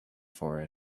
for